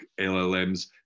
LLMs